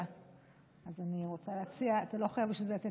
או 61 מול 59. אז תשעה מול שבעה זה בוודאי לא